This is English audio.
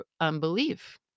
unbelief